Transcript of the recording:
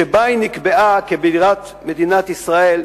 שבה היא נקבעה כבירת מדינת ישראל,